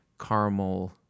caramel